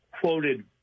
quoted